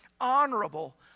honorable